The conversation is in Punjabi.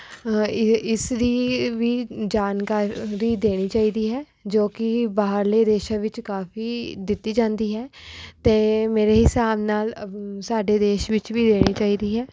ਇਸ ਦੀ ਵੀ ਜਾਣਕਾਰੀ ਦੇਣੀ ਚਾਹੀਦੀ ਹੈ ਜੋ ਕਿ ਬਾਹਰਲੇ ਦੇਸ਼ਾਂ ਵਿੱਚ ਕਾਫੀ ਦਿੱਤੀ ਜਾਂਦੀ ਹੈ ਅਤੇ ਮੇਰੇ ਹਿਸਾਬ ਨਾਲ ਸਾਡੇ ਦੇਸ਼ ਵਿੱਚ ਵੀ ਦੇਣੀ ਚਾਹੀਦੀ ਹੈ